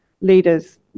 leaders